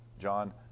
John